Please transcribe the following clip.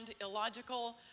illogical